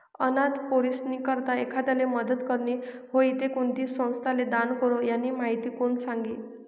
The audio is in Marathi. अनाथ पोरीस्नी करता एखांदाले मदत करनी व्हयी ते कोणती संस्थाले दान करो, यानी माहिती कोण सांगी